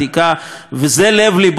וזה לב-לבו של החג,